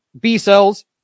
B-cells